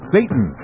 Satan